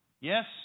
Yes